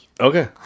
Okay